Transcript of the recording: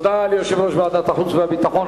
תודה ליושב-ראש ועדת החוץ והביטחון,